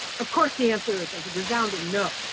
of course the answer is as a resounding no.